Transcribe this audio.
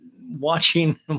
watching